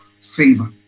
favor